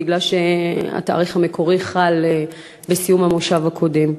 בגלל שהתאריך המקורי חל בסיום המושב הקודם.